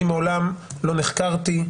אני מעולם לא נחקרתי,